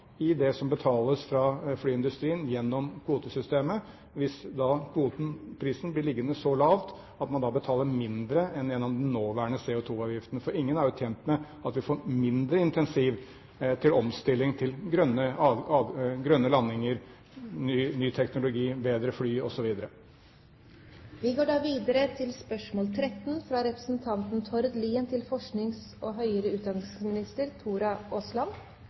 i det som betales fra flyindustrien gjennom kvotesystemet, hvis prisen blir liggende så lavt at man betaler mindre enn gjennom den nåværende CO2-avgiften. For ingen er tjent med at vi får mindre incentiv til omstilling til grønne landinger, ny teknologi, bedre fly,